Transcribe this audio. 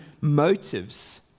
motives